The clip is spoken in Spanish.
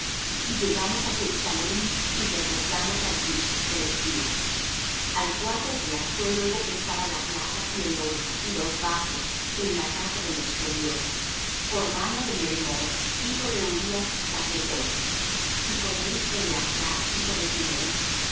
y llegamos á jerusalem y reposamos allí tres días al cuarto día fué luego pesada la plata y el oro y los vasos en la casa de nuestro dios por mano de meremoth hijo de urías sacerdote y con él eleazar hijo de